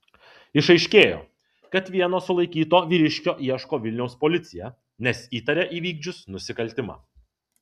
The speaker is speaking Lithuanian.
išaiškėjo kad vieno sulaikyto vyriškio ieško vilniaus policija nes įtaria įvykdžius nusikaltimą